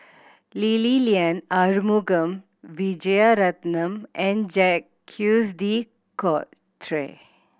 Lee Li Lian Arumugam Vijiaratnam and Jacques De Coutre